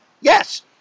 Yes